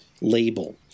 Label